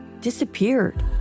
disappeared